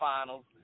Finals